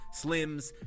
slims